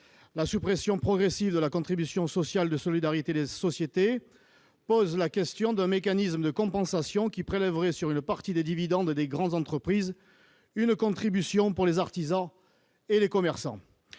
La suppression progressive de la contribution sociale de solidarité des sociétés pose la question d'un mécanisme de compensation qui prélèverait sur une partie des dividendes des grandes entreprises une contribution pour les artisans et les commerçants.